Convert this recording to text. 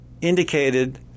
indicated